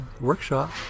workshop